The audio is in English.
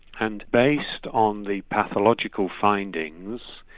and based on the pathological findings,